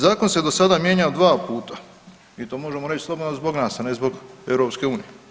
Zakon se do sada mijenjao 2 puta i to možemo reći slobodno zbog nas, a ne zbog EU.